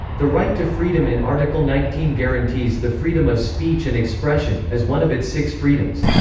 the right to freedom in article nineteen guarantees the freedom of speech and expression, as one of its six freedoms.